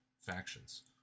factions